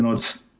and it's